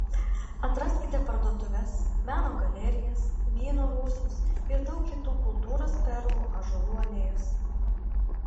atraskite parduotuves meno galerijas vyno rūsius ir daug kitų kultūros perlų ąžuolų alėjose